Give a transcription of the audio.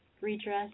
redress